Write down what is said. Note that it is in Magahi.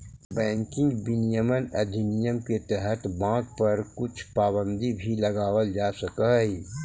बैंकिंग विनियमन अधिनियम के तहत बाँक पर कुछ पाबंदी भी लगावल जा सकऽ हइ